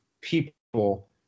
people